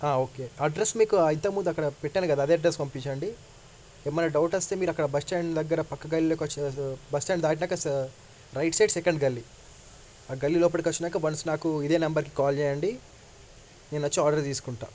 okay address మీకు ఇంతకుముందు అక్కడ పెట్టాను కదా అదే అడ్రస్ పంపించండి ఏమన్నా డౌట్ వస్తే మీరు అక్కడ బస్ స్టాండ్ దగ్గర పక్క గల్లీలో వచ్చి బస్ స్టాండ్ దాటినాక రైట్ సైడ్ సెకండ్ గల్లి ఆ గల్లీ లోపలికి వచ్చినాక వన్స్ నాకు ఇదే నెంబర్కి కాల్ చేయండి నేను వచ్చి ఆర్డర్ తీసుకుంటాను